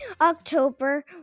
October